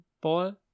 ball